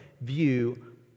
view